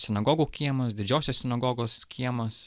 sinagogų kiemas didžiosios sinagogos kiemas